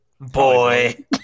Boy